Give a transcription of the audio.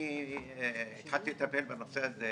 אני התחלתי לטפל בנושא הזה,